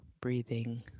breathing